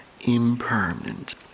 impermanent